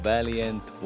Valiant